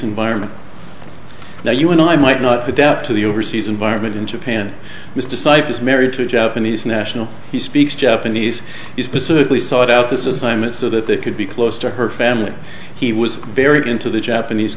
environment now you and i might not adapt to the overseas environment in japan was to cyprus married to a japanese national he speaks japanese he specifically sought out this is simon so that they could be close to her family he was very into the japanese